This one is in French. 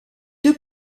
deux